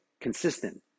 consistent